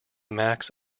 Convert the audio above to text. max